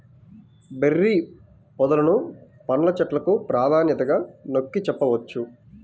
berry పొదలను పండ్ల చెట్లకు ప్రాధాన్యతగా నొక్కి చెప్పవచ్చు